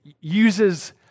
uses